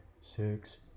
six